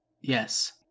yes